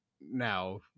now